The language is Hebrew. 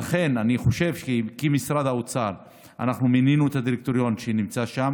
לכן כמשרד האוצר אנחנו מינינו את הדירקטוריון שנמצא שם.